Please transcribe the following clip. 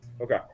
Okay